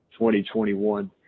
2021